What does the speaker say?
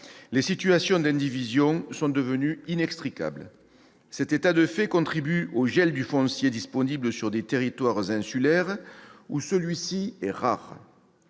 les situations d'indivision sont devenues inextricables. Cet état de fait contribue au gel du foncier disponible sur des territoires insulaires où celui-ci est rare.